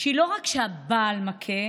היא לא רק כשהבעל מכה,